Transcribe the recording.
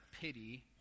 pity